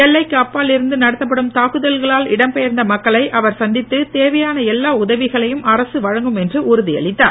எல்லைக்கு அப்பால் இருந்து நடத்தப்படும் தாக்குதல்களால் இடம் பெயர்ந்த மக்களை அவர் சந்தித்து தேவையான எல்லா உதவிகளையும் அரசு வழங்கும் என உறுதியளித்தார்